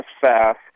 fast